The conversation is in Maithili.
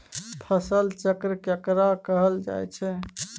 फसल चक्र केकरा कहल जायत छै?